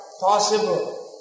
possible